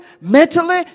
mentally